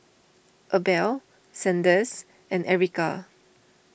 Abel Sanders and Ericka